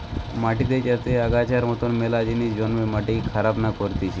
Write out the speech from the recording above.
মাটিতে যাতে আগাছার মতন মেলা জিনিস জন্মে মাটিকে খারাপ না করতিছে